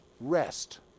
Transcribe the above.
rest